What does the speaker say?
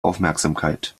aufmerksamkeit